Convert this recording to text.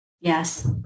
Yes